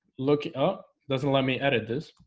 look up doesn't let me edit this